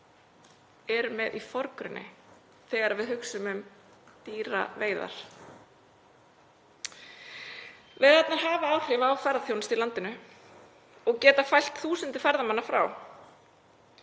erum með í forgrunni þegar við hugsum um dýraveiðar. Veiðarnar hafa áhrif á ferðaþjónustu í landinu og geta fælt þúsundir ferðamanna frá,